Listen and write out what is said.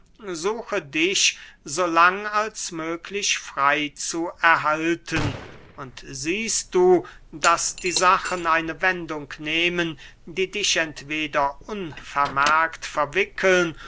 suche dich so lang als möglich frey zu erhalten und siehst du daß die sachen eine wendung nehmen die dich entweder unvermerkt verwickeln